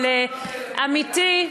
אבל עמיתי,